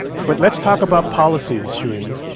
but let's talk about policies, shereen.